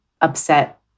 upset